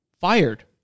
fired